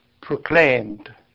proclaimed